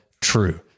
true